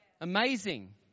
amazing